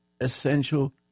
essential